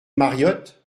mariott